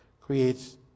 creates